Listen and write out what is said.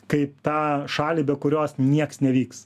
kaip tą šalį be kurios niekas nevyks